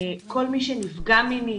כל מי שנפגע מינית,